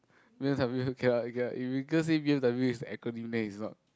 B_M_W cannot cannot if you go say B_M_W is an acronym then it's not